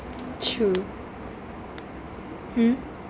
true hmm